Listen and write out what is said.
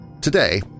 Today